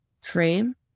frame